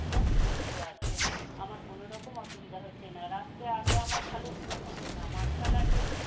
দম সুস্থ আছে আমার কোনোরকম অসুবিধা হচ্ছে না রাত্রে আগে আমার ভালো ঘুম হত না মার্শাল আর্টে